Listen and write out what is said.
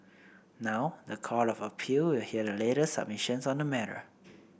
now the Court of Appeal will hear the latest submissions on the matter